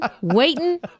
waiting